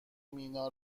مینا